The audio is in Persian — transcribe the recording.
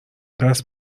دست